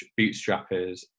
bootstrappers